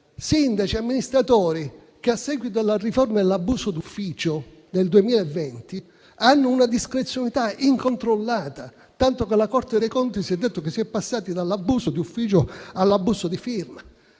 Sindaci e amministratori, a seguito della riforma dell'abuso d'ufficio del 2020, hanno una discrezionalità incontrollata, tanto che la Corte dei conti ha detto che si è passati dall'abuso d'ufficio all'abuso di firma.